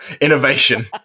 Innovation